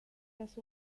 las